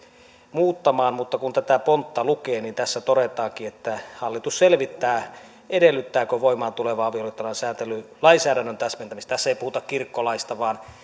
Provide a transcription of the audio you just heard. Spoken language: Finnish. muuttamaan mutta kun tätä pontta lukee niin tässä todetaankin että hallitus selvittää edellyttääkö voimaantuleva avioliittolain sääntely lainsäädännön täsmentämistä tässä ei puhuta kirkkolaista vaan